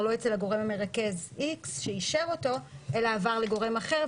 לא אצל הגורם המרכז שאישר אותו אלא עבר לגורם אחר,